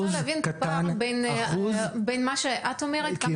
אני רק רוצה להבין בין מה שאת אומרת, כמה אמרת?